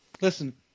listen